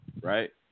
right